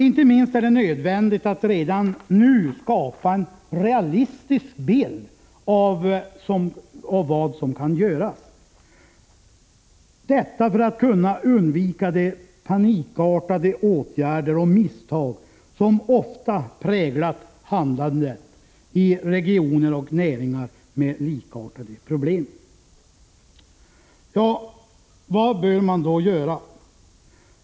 Inte minst är det nödvändigt att redan nu skapa en realistisk bild av vad som kan göras, detta för att kunna undvika de panikartade åtgärder och misstag som ofta präglat handlandet i regioner och näringar med likartade problem. Vad bör då göras?